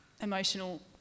emotional